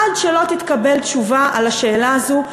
עד שלא תתקבל תשובה על השאלה הזו,